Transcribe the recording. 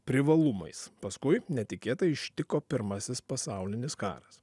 privalumais paskui netikėtai ištiko pirmasis pasaulinis karas